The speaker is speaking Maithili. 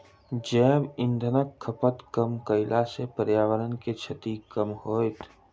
जैव इंधनक खपत कम कयला सॅ पर्यावरण के क्षति कम होयत